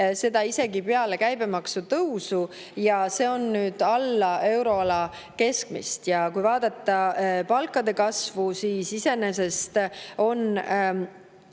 seda isegi peale käibemaksu tõusu, ja see on alla euroala keskmise. Kui vaadata palkade kasvu, siis [me näeme,